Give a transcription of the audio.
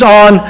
on